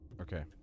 okay